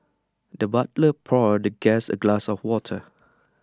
the butler poured the guest A glass of water